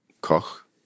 Koch